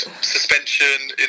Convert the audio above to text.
suspension